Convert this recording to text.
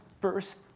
first